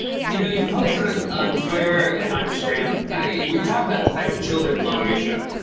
you know, you've posted on on twitter and on instagram we've talked about the fact that children love your show.